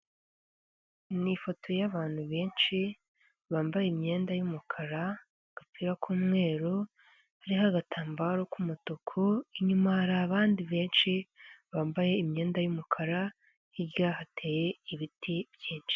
Ni ifoto y'abantu benshi, bambaye imyenda y'umukara, agapira k'umweru iriho agatambaro k'umutuku, inyuma hari abandi benshi bambaye imyenda y'umukara, hirya hateye ibiti byinshi.